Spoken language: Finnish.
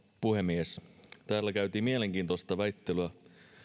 puhemies täällä käytiin mielenkiintoista väittelyä